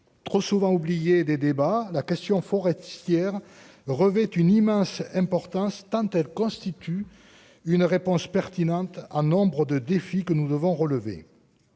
trop souvent oubliée des débats la question forestière revêtent une immense importance tant elle constitue une réponse pertinente en nombre de défis que nous devons relever